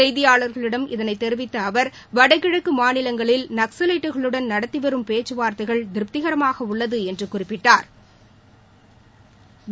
செய்தியாளர்களிடம் இதனை தெரிவித்த அவர் வடகிழக்கு மாநிவங்களில் நக்சலைட்டுகளுடன் நடத்தி வரும் பேச்சுவார்த்தைகள் திருப்திகரமாக உள்ளது என்று குறிப்பிட்டாள்